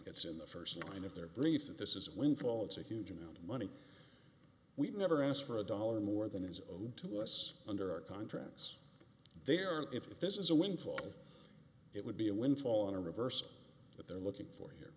it's in the first line of their brief that this is a windfall it's a huge amount of money we never asked for a dollar more than is owed to us under our contracts there are if this is a windfall it would be a windfall and a reversal that they're looking for you